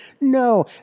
No